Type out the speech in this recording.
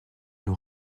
l’on